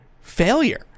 failure